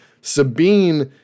Sabine